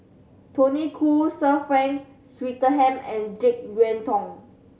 Tony Khoo Sir Frank Swettenham and Jek Yeun Thong